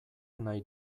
nahi